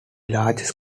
largest